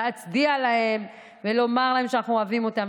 נצדיע להם ונאמר להם שאנחנו אוהבים אותם.